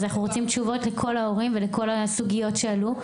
אז אנחנו רוצים תשובות לכל ההורים ולכל הסוגיות שעלו.